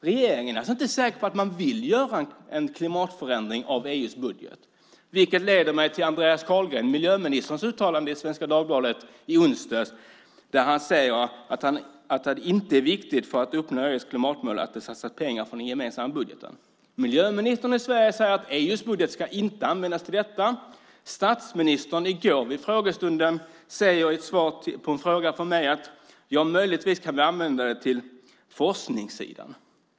Regeringen är alltså inte säker på att man vill göra en klimatförändring av EU:s budget. Det leder mig till miljöminister Andreas Carlgrens uttalande i Svenska Dagbladet i onsdags där han säger att det inte är viktigt för att uppnå EU:s klimatmål att det satsas pengar från den gemensamma budgeten. Miljöministern i Sverige säger att EU:s budget inte ska användas till detta. Statsministern sade i går vid frågestunden i ett svar på en fråga från mig att vi möjligtvis kan använda den till forskningssidan.